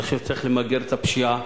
אני חושב שצריך למגר את הפשיעה.